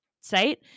site